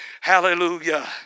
Hallelujah